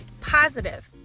positive